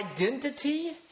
identity